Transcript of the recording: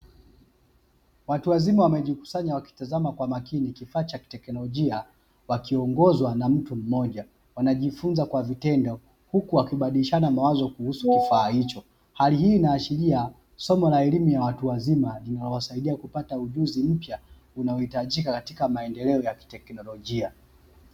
Watu wazima wamejikusanya wakitazama kwa umakini kifaa cha kiteknolojia, wakiongozwa na mtu mmoja. Wanajifunza kwa vitendo, huku wakibadilishana mawazo kuhusu kifaa hicho. Hali hii inaashiria somo la elimu ya watu wazima linawasaidia kupata ujuzi mpya unaohitajika katika maendeleo ya kiteknolojia.